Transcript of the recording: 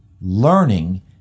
learning